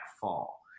fall